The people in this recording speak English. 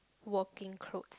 working clothes